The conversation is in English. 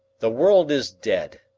the world is dead.